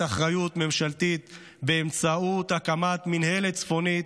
אחריות ממשלתית באמצעות הקמת מינהלת צפונית,